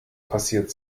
passiert